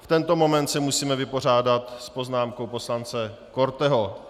V tento moment se musíme vypořádat s poznámkou poslance Korteho.